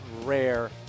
rare